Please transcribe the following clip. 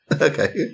Okay